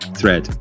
thread